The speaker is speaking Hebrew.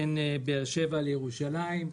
בין באר שבע לירושלים.